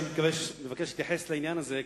אני מבקש להתייחס לעניין הזה,